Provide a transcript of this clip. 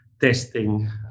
testing